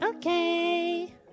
Okay